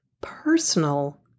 personal